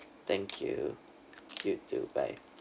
thank you you too bye